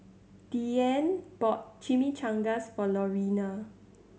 Deanne bought Chimichangas for Lorena